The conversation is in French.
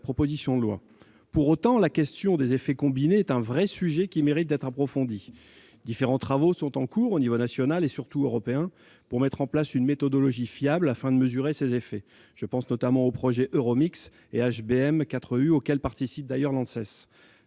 exact du texte. Pour autant, la question des effets combinés est un vrai sujet qui mérite d'être approfondi. Différents travaux sont en cours aux niveaux national et surtout européen pour mettre en place une méthodologie fiable de mesure de ces effets. Je pense notamment aux projets Euromix et HBM4EU, auxquels participe d'ailleurs l'ANSES.